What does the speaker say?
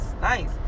Nice